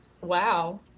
Wow